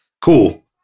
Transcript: Cool